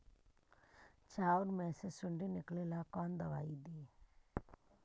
चाउर में से सुंडी निकले ला कौन दवाई दी?